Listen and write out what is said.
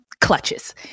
clutches